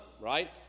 right